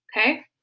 okay